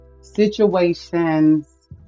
situations